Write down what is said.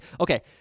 okay